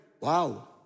wow